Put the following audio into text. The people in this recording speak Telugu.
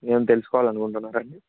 ఏమన్న తెలుసుకోవాలి అనుకుంటున్నారా అండి